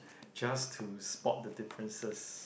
just to spot the differences